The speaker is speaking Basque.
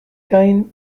gain